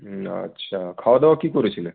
হুম আচ্ছা খাওয়া দাওয়া কি করেছিলেন